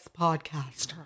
podcaster